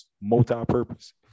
Multi-purpose